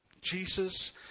Jesus